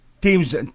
Teams